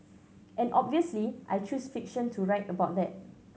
and obviously I choose fiction to write about that